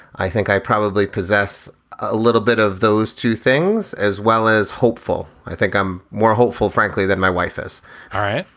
i think i probably possess a little bit of those two things as well as hopeful. i think i'm more hopeful, frankly, than my wife is all right,